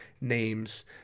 names